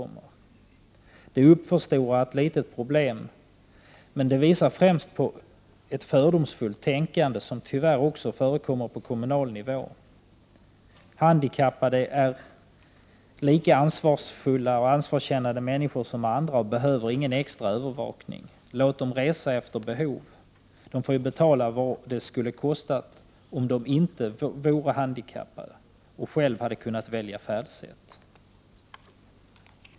Man förstorar ett litet problem. Först och främst vittnar det om ett fördomsfullt tänkande, som tyvärr också förekommer på kommunal nivå. Handikappade är lika ansvarsfulla och ansvarskännande människor som andra och behöver ingen extra övervakning. Låt människorna resa efter behov. De får ju betala vad det skulle ha kostat, om de inte vore handikappade och själva hade kunnat välja färdsätt.